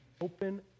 Open